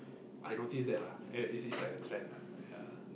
I notice that lah and it's it's like a trend lah yea